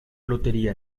lotería